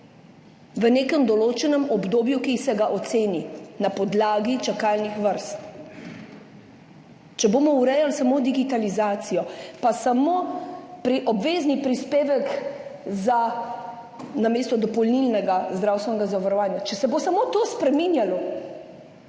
v nekem določenem obdobju, ki se ga oceni na podlagi čakalnih vrst. Če bomo urejali samo digitalizacijo, pa samo obvezni prispevek namesto dopolnilnega zdravstvenega zavarovanja, če se bo samo to spreminjalo,